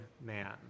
man